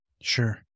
Sure